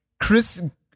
Chris